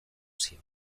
zion